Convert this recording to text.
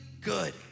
good